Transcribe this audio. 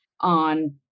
on